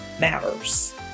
matters